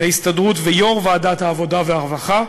ההסתדרות ויושב-ראש ועדת העבודה והרווחה.